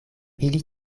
ili